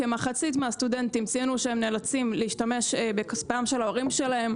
כמחצית מהסטודנטים ציינו שהם נאלצים להשתמש בכספם של ההורים שלהם.